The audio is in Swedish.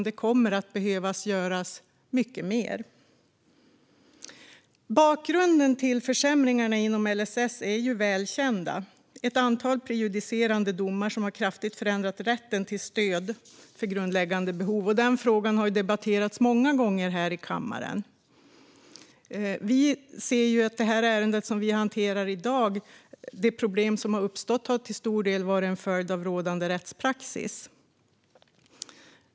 Det kommer att behöva göras mycket mer. Bakgrunden till försämringarna inom LSS är välkänd: ett antal prejudicerande domar som kraftigt har förändrat rätten till stöd för grundläggande behov. Denna fråga har debatterats många gånger här i kammaren. När det gäller det ärende som vi hanterar nu i dag har de problem som uppstått till stor del varit en följd av rådande rättspraxis.